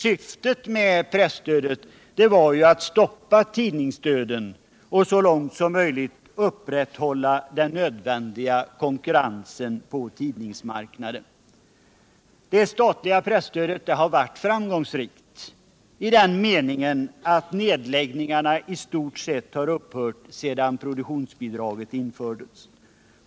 Syftet med presstödet har varit att stoppa tidningsdöden och så långt som möjligt upprätthålla den nödvändiga konkurrensen på tidningsmark naden. Pressstödet har varit framgångsrikt så till vida att nedläggningarna i stort sett har upphört sedan produktionsbidraget infördes.